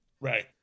Right